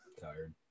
tired